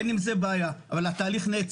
אין עם זה בעיה, אבל התהליך נעצר.